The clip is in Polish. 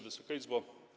Wysoka Izbo!